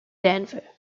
denver